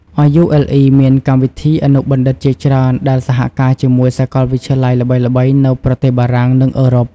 RULE មានកម្មវិធីអនុបណ្ឌិតជាច្រើនដែលសហការជាមួយសាកលវិទ្យាល័យល្បីៗនៅប្រទេសបារាំង និងអឺរ៉ុប។